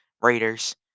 Raiders